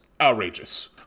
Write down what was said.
outrageous